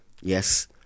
Yes